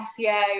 SEO